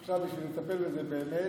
עכשיו מי שמטפל בזה באמת,